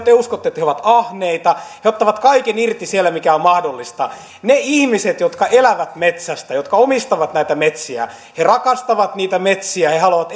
te uskotte että he ovat ahneita ja ottavat irti siellä kaiken mikä on mahdollista ne ihmiset jotka elävät metsästä ja jotka omistavat näitä metsiä rakastavat niitä metsiä ja haluavat